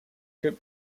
could